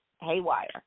haywire